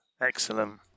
Excellent